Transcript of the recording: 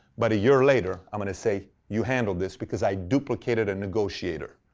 but a year later, i'm going to say, you handle this, because i duplicated a negotiator.